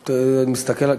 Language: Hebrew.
ועדה.